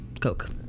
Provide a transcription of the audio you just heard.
Coke